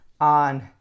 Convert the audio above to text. on